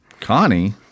Connie